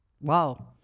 wow